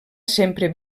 sempre